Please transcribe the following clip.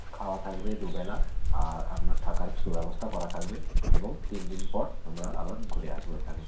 খাওয়া থাকবে দু বেলা আর আপনার থাকার সুব্যবস্থাও করা থাকবে এবং তিন দিন পর আমরা আবার ঘুরে আসব এখানে